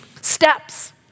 steps